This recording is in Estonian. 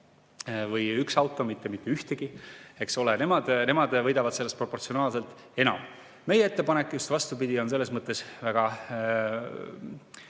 üks või mitte ühtegi, eks ole, nemad võidavad sellest proportsionaalselt enam. Meie ettepanek, just vastupidi, on selles mõttes väga,